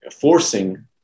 forcing